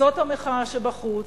זאת המחאה שבחוץ,